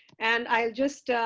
and i'll just,